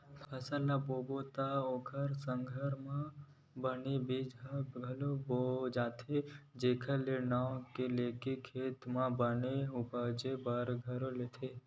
फसल ल बोबे त ओखर संघरा म बन के बीजा ह घलोक बोवा जाथे जेखर नांव लेके खेत म बन ह उपजे बर धर लेथे